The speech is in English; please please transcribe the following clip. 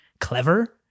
clever